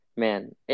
Man